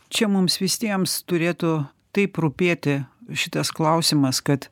čia mums visiems turėtų taip rūpėti šitas klausimas kad